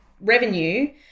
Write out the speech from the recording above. revenue